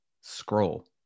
scroll